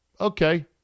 okay